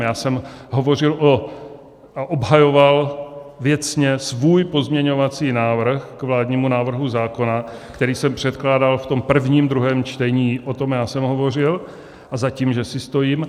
Já jsem hovořil a obhajoval věcně svůj pozměňovací návrh k vládnímu návrhu zákona, který jsem předkládal v tom prvním druhém čtení, o tom já jsem hovořil a za tím že si stojím.